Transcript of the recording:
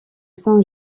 saint